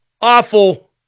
awful